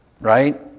Right